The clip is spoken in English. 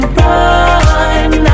run